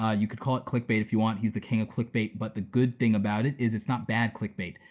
ah you could call it clickbait if you want, he's the king of clickbait. but the good thing about it, is it's not bad clickbait.